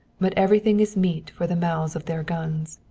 but everything is meat for the mouths of their guns.